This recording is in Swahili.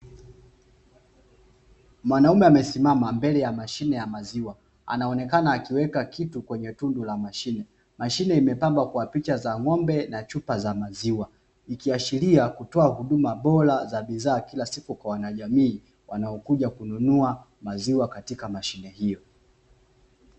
Mwanaume amesimama mbele ya mashine ya maziwa, anaonekana akiweka kitu kwenye tundu la mashine. Mashine imepambwa kwa picha za ng'ombe na chupa za maziwa, ikiashiria kutoa huduma bora za bidhaa kila siku kwa wanajamii wanaokuja kununua maziwa katika mashine hiyo.